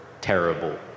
terrible